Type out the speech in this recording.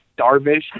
Darvish